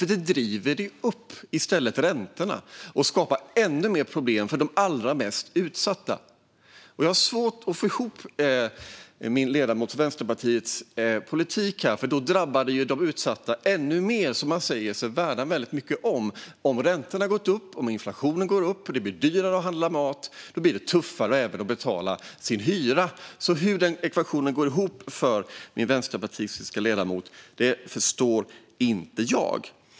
Det driver upp räntorna och skapar ännu mer problem för de allra mest utsatta. Jag har svårt att få ihop politiken från ledamoten från Vänsterpartiet. Det drabbar de utsatta ännu mer, som man säger sig värna väldigt mycket om. Om räntorna går upp, inflationen går upp och det blir dyrare att handla mat blir det tuffare att även betala sin hyra. Hur den ekvationen går ihop för Vänsterpartiets ledamot förstår jag inte.